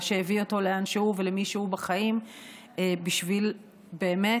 מה שהביא אותו לאן שהוא ולמי שהוא בחיים בשביל באמת